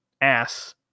ass